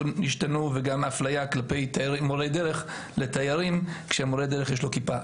ואפליה כלפי מורי דרך לתיירים שיש להם כיפה.